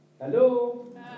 Hello